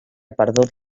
perdut